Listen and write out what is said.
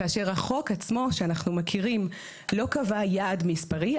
כאשר החוק עצמו שאנחנו מכירים לא קבע יעד מספרי,